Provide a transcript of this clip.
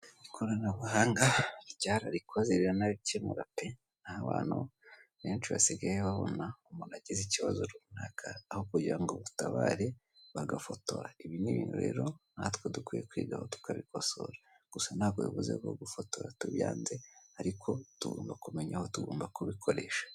Ikoranabuhanga ryararikoze riranabikemurape, aho abantu benshi basigaye babona umuntu agize ikibazo runaka aho kugira ngo dutabare bagafotora. Ibi, n'ibintu rero natwe dukwiye kwigaho tukabikosora, gusa ntabwo bivuze ko gufotora tubyanze ariko tugomba kumenya aho tugomba kubikoresha.